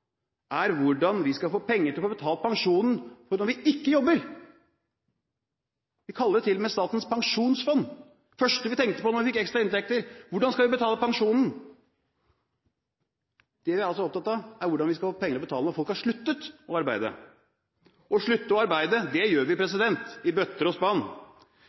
– er hvordan vi skal få penger til å få betalt folks pensjoner, når de ikke jobber! Vi kaller det jo til og med Statens pensjonsfond. Det første vi tenkte på da vi fikk ekstra inntekter: Hvordan skal vi betale folks pensjoner? Det vi altså er opptatt av, er hvordan vi skal få penger til å betale folk når de har sluttet å arbeide. Å slutte å arbeide gjør vi i bøtter og spann.